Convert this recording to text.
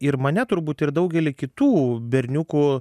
ir mane turbūt ir daugelį kitų berniukų